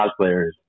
cosplayers